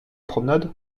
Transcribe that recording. promenade